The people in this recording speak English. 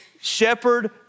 shepherd